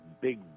big